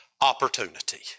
opportunity